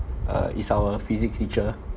uh it's our physics teacher